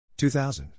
2000